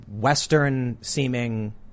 Western-seeming